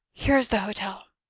here is the hotel.